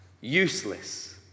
useless